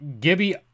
Gibby